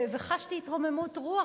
וחשתי התרוממות רוח,